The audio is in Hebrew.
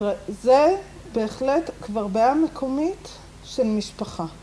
זה בהחלט כבר בעיה מקומית של משפחה.